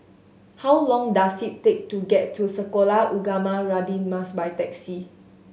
how long does it take to get to Sekolah Ugama Radin Mas by taxi